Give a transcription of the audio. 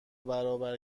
برابر